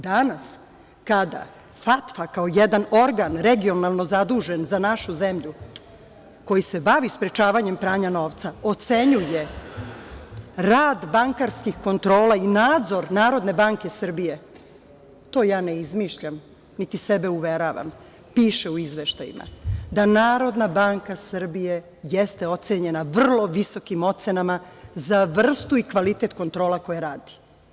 Danas kada FATF, kao jedan organ regionalno zadužen za našu zemlju, koji se bavi sprečavanjem pranja novca, ocenjuje rad bankarskih kontrola i nadzor NBS, to ja ne izmišljam, niti sebe uveravam, piše u izveštajima da NBS jedne ocenjena vrlo visokim ocenama za vrstu i kvalitet kontrola koje radi.